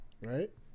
Right